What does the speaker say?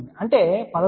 అంటే 11